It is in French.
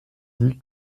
dit